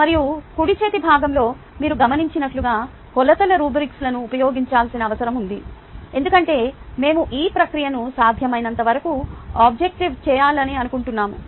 మరియు కుడి చేతి భాగంలో మీరు గమనించినట్లుగా కొలతలు రుబ్రిక్లను ఉపయోగించాల్సిన అవసరం ఉంది ఎందుకంటే మేము ఈ ప్రక్రియను సాధ్యమైనంతవరకు ఆబ్జెక్టివ్ చేయాలనుకుంటున్నాము